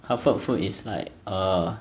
comfort food is like err